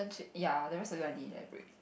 ya the rest of it I didn't elaborate